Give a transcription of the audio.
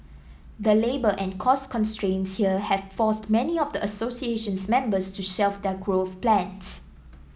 the labour and cost constraints here have forced many of the association's members to shelf their growth plans